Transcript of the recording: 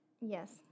yes